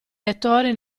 lettore